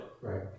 Right